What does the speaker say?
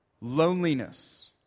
loneliness